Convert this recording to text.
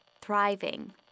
thriving